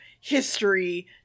history